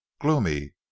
gloomy